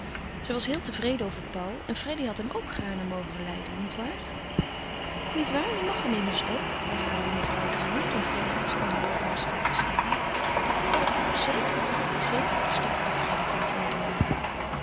zij was heel tevreden over paul en freddy had hem ook gaarne mogen lijden niet waar niet waar je mag hem immers ook herhaalde mevrouw dringend toen freddy iets onhoorbaars had gestameld o zeker zeker stotterde freddy ten tweede male